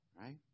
right